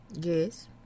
yes